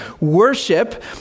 Worship